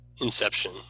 inception